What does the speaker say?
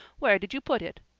where did you put it?